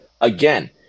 again